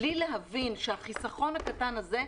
בלי להבין שהחיסכון הקטן הזה,